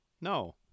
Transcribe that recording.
no